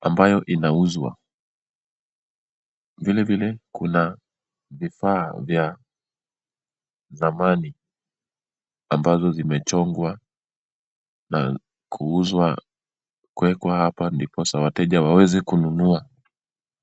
ambayo inauzwa. Vile vile kuna vifaa vya thamani ambazo zimechongwa na kuuzwa kuwekwa hapa ndiposa wateja waweze kununua.